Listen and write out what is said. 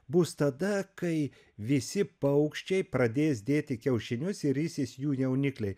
bus tada kai visi paukščiai pradės dėti kiaušinius ir risis jų jaunikliai